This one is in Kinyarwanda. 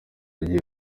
agiye